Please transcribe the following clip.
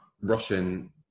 Russian